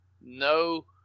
No